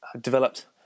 developed